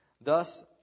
Thus